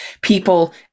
people